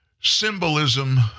Symbolism